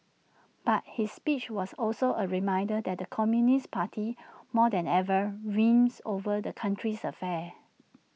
but his speech was also A reminder that the communist party more than ever reigns over the country's affairs